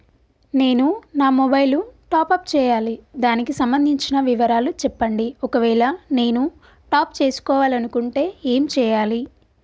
నేను నా mobile top up చేయాలి దానికి సంబంధించిన వివరాలు చెప్పండి ఒకవేళ నేను టాప్ చేసుకోవాలనుకుంటే ఏం చేయాలి?